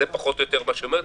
זה פחות או יותר מה שהיא אומרת,